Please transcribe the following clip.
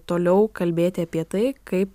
toliau kalbėti apie tai kaip